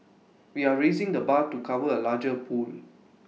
we are raising the bar to cover A larger pool